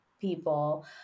people